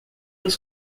nos